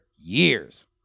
years